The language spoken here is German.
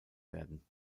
werden